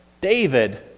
David